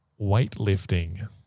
weightlifting